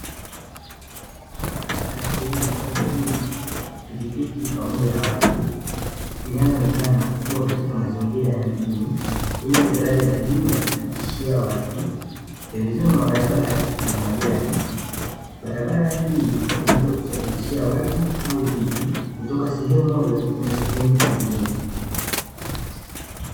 Barabara yenye magari mengi, pikipiki pamoja na watu. Inayoonekana kuwa katika mazingira ya mjini, yenye daraja la juu la kupitishia watu. Pembezoni mwa barabara kuna majani. Barabara hii hutumika kusafirishia watu au vitu kutoka sehemu moja kwenda sehemu nyingine.